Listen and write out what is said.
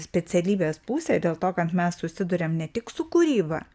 specialybės pusė dėl to kad mes susiduriam ne tik su kūryba